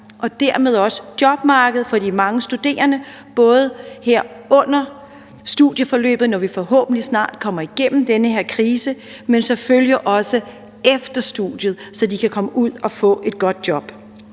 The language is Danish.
og dermed også jobmarkedet for de mange studerende, både her under studieforløbet, når vi forhåbentlig snart kommer igennem den her krise, men selvfølgelig også efter studiet, så de kan komme ud og få et godt job.